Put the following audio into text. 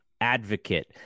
Advocate